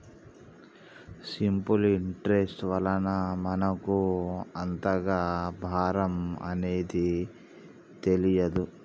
simple interest వలన మనకు అంతగా భారం అనేది తెలియదు